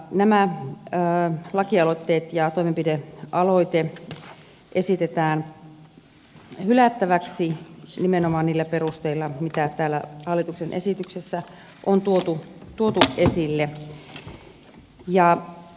nämä lakialoitteet ja toimenpidealoite esitetään hylättäväksi nimenomaan niillä perusteilla mitä täällä hallituksen esityksessä on tuotu esille